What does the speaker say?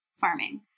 farming